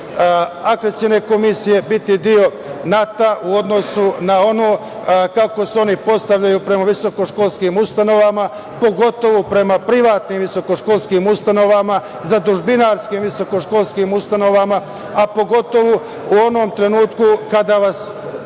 Akreditacione komisije, biti deo NAT-a u odnosu na ono kako se oni postavljaju prema visokoškolskim ustanovama, pogotovo prema privatnim visokoškolskim ustanovama, zadužbinarskim visokoškolskim ustanovama, a pogotovo u onom trenutku kada iz nekih